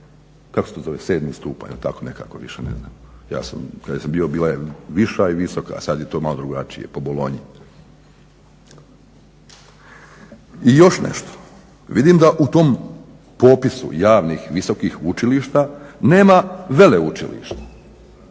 Kako se to zove? Sedmi stupanj ili tako nekako, više ne znam. Ja kada sam bio bila je viša i visoka, a sad je to malo drugačije po bolonji. I još nešto, vidim da u tom popisu javnih visokih učilišta nema veleučilišta